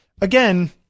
again